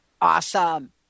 Awesome